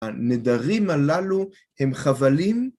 הנדרים הללו הם חבלים?